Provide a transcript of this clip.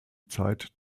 zeit